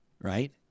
Right